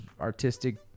artistic